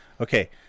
Okay